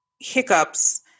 hiccups